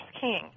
King